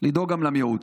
לדאוג גם למיעוט.